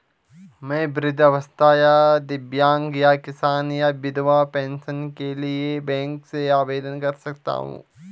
मैं वृद्धावस्था या दिव्यांग या किसान या विधवा पेंशन के लिए बैंक से आवेदन कर सकता हूँ?